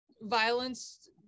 violence